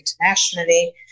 internationally